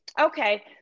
okay